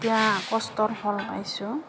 এতিয়া কষ্টৰ ফল পাইছোঁ